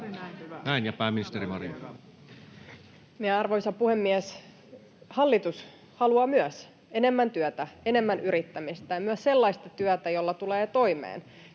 Näin. — Pääministeri Marin.